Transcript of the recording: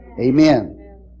Amen